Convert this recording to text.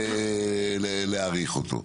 להאריך אותו.